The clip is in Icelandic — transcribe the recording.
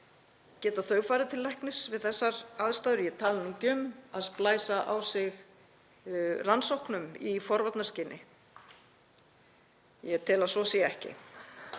geta þau farið til læknis við þessar aðstæður? Ég tala nú ekki um að splæsa á sig rannsóknum í forvarnaskyni. Ég tel að svo sé ekki.